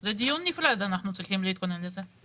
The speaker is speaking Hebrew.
זה דיון נפרד ואנחנו צריכים להתכונן אליו.